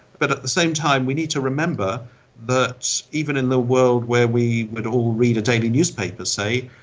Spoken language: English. but at the same time we need to remember that even in the world where we would all read a daily newspaper, say,